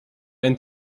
einen